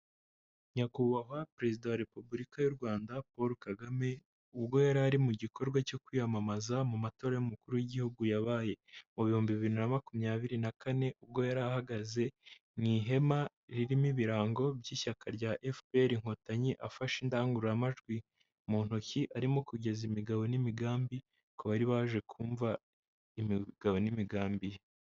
Nyakubahwa perezida wa Repubulika y'u Rwanda Paul Kagame, ubwo yari ari mu gikorwa cyo kwiyamamaza mu matora y'umukuru w'Igihugu yabaye mu bihumbibiri na makumyabiri na kane, ubwo yari ahagaze mu ihema ririmo ibirango by'ishyaka rya FPR Inkotanyi, afashe indangururamajwi mu ntoki arimo kugeza imigabo n'imigambi ku bari baje kumva imigabo n'imigambi ye.